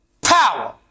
Power